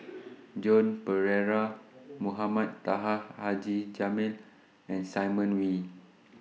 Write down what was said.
Joan Pereira Mohamed Taha Haji Jamil and Simon Wee